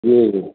जी जी